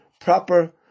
proper